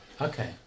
okay